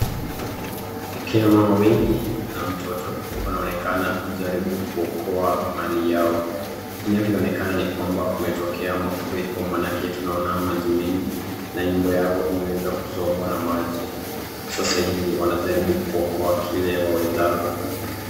Akina mama wengi na mtoto wanaonekana kujaribu kuokoa mali yao inavyoneka ni kwamba kumetokea mafuriko manake tunaona maji mengi na nyumba yao imeweza kuzombwa na maji sasa hivi wanajaribu kuokoa kile wawezalo.